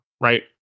right